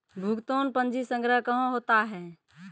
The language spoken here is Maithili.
भुगतान पंजी संग्रह कहां होता हैं?